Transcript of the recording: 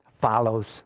follows